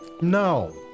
No